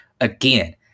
Again